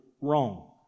wrong